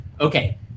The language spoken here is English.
Okay